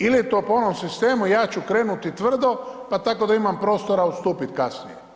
Ili je to po onom sistemu ja ću krenuti tvrdo pa tako da imam prostora odstupiti kasnije.